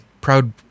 proud